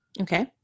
Okay